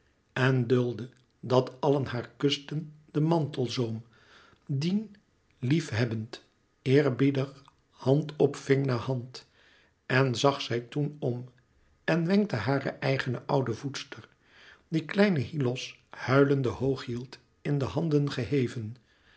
en duldde dat allen haar kusten den mantelzoom dien liefhebbend eerbiedig hand op ving na hand en zag zij toen om en wenkte hare eigene oude voedster die kleinen hyllos huilende hoog hield in de handen geheven